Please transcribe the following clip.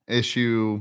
issue